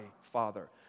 Father